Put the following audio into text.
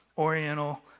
oriental